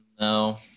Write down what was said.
No